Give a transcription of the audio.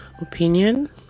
opinion